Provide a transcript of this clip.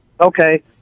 Okay